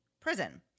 prison